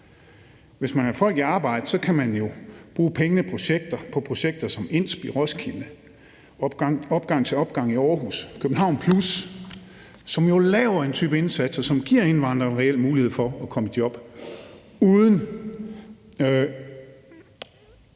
Hvis man vil have folk i arbejde, kan man jo bruge pengene på projekter som INSP! i Roskilde, Opgang til opgang i Aarhus og KBH+, som jo laver en type indsatser, som giver indvandrere en reel mulighed for at komme i job, uden